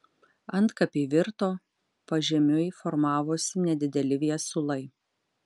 antkapiai virto pažemiui formavosi nedideli viesulai